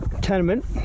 tenement